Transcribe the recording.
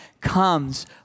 comes